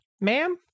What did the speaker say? ma'am